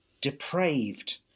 depraved